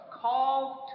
called